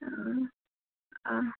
অঁ অঁ